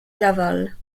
laval